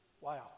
Wow